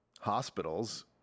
hospitals